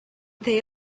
they